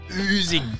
oozing